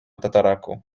tataraku